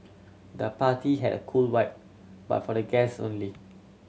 the party had a cool vibe but for the guest only